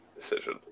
decision